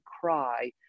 cry